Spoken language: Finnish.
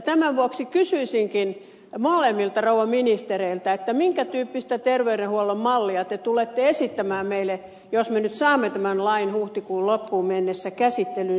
tämän vuoksi kysyisinkin molemmilta rouva ministereiltä minkä tyyppistä terveydenhuollon mallia te tulette esittämään meille jos me nyt saamme tämän lain huhtikuun loppuun mennessä käsittelyyn sosiaali ja terveysvaliokuntaan